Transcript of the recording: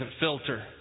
filter